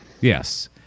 Yes